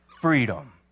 freedom